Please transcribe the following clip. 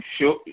Sure